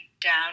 down